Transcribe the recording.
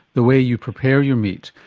the way you prepare your meat.